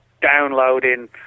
downloading